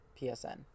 PSN